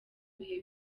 bihe